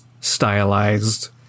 stylized